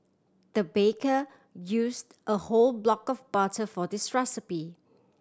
the baker used a whole block of butter for this recipe